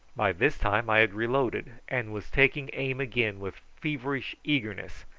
by this time i had reloaded and was taking aim again with feverish eagerness,